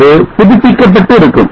அது புதுப்பிக்கப்பட்டு இருக்கும்